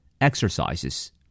Exercises